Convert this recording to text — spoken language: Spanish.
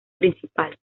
principal